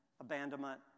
abandonment